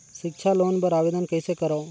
सिक्छा लोन बर आवेदन कइसे करव?